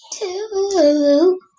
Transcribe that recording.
two